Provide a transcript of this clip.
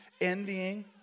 envying